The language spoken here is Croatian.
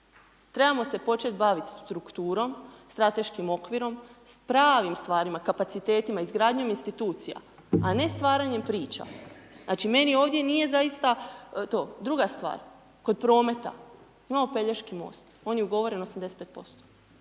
Trebamo se početi baviti strukturom, strateškim okvirom, s pravim stvarima, kapacitetima, izgradnjom institucija a ne stvaranjem priča. Znači meni ovdje nije zaista to. Druga stvar, kod prometa, imamo Pelješki most, on je ugovoren 85%.